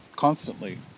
Constantly